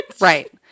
Right